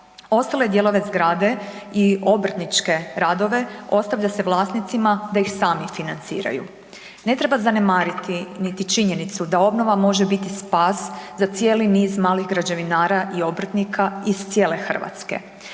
Ostale dijelove zgrade i obrtničke radove ostavlja se vlasnicima da ih sami financiraju. Ne treba zanemariti niti činjenicu da obnova može biti spas za cijeli niz malih građevinara i obrtnika iz cijele Hrvatske,